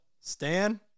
Stan